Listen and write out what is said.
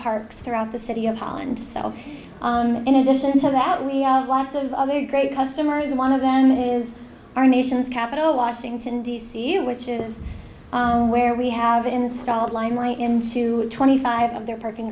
parks throughout the city of holland so in addition to that we have lots of other great customers one of them is our nation's capital washington d c which is where we have installed library into twenty five of their parking